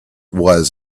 was